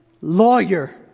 lawyer